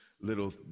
little